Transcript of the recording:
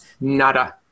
Nada